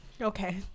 okay